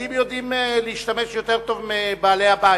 והילדים יודעים להשתמש יותר טוב מבעלי-הבית.